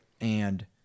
And-